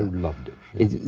loved it.